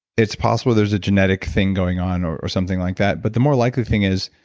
it's possible there's a genetic thing going on or something like that but the more likely thing is,